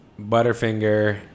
butterfinger